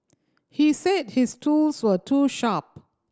he said his tools were too sharp